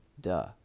duh